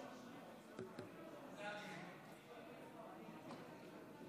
תודה רבה.